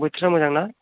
बोथोरा मोजां ना